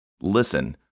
Listen